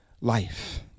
life